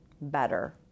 better